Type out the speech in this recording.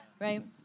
right